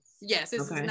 Yes